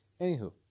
Anywho